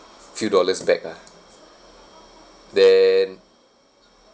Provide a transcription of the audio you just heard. few dollars back lah then